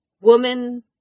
Woman